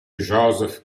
joseph